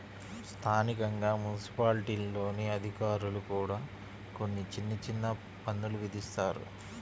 స్థానికంగా మున్సిపాలిటీల్లోని అధికారులు కూడా కొన్ని చిన్న చిన్న పన్నులు విధిస్తారు